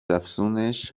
افزونش